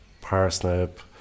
parsnip